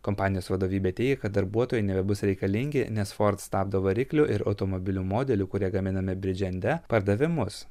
kompanijos vadovybė teigia kad darbuotojai nebebus reikalingi nes ford stabdo variklių ir automobilių modelių kurie gaminami bridžende pardavimus